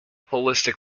holistic